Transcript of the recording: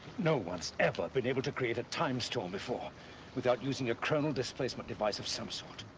no one's ever been able to create a time storm before without using a chronal displacement device of some sort.